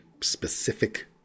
specific